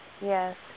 Yes